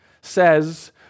says